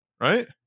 Right